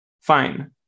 Fine